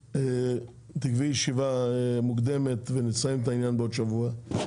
תקבעי ישיבה מוקדמת ונסיים את העניין בעוד שבוע.